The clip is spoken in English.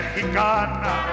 mexicana